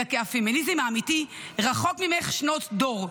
אלא כי הפמיניזם האמיתי רחוק ממך שנות דור,